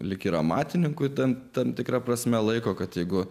lyg ir amatininkui tad tam tikra prasme laiko kad jeigu